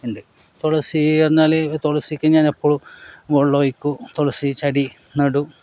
ഉണ്ട് തുളസി എന്നു പറഞ്ഞാൽ തുളസിക്ക് ഞാൻ എപ്പോഴും വെള്ളം ഒഴിക്കും തുളസി ചെടി നടും